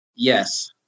Yes